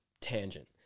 tangent